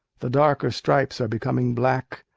the darker stripes are becoming black,